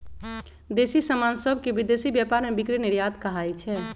देसी समान सभके विदेशी व्यापार में बिक्री निर्यात कहाइ छै